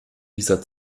dieser